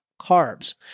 carbs